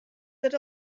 that